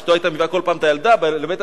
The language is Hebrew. אשתו היתה מביאה כל פעם את הילדה לבית-המשפט,